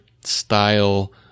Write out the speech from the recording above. style